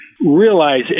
realize